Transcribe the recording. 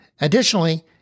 Additionally